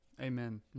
Amen